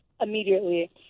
immediately